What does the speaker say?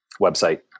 Website